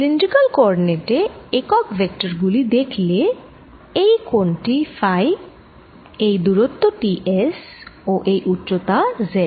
cylindrical coordinate এ একক vector গুলি দেখলে এই কোণ টি ফাই এই দুরত্ব টি S ও এই উচ্চতা Z